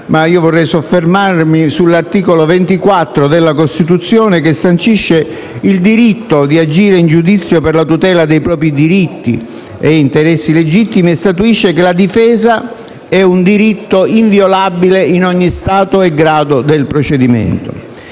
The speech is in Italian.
Vorrei però soffermarmi sull'articolo 24 della Costituzione, che sancisce il diritto di agire in giudizio per la tutela dei propri diritti e interessi legittimi e statuisce che la difesa è un diritto inviolabile in ogni stato e grado del procedimento.